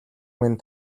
минь